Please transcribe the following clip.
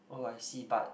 oh I see but